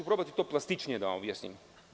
Probaću to plastičnije da objasnim.